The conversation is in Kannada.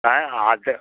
ಹಾಂ ಆಯ್ತು